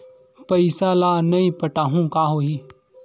पईसा ल नई पटाहूँ का होही?